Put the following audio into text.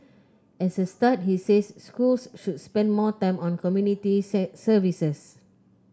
as a start he says schools should spend more time on community say services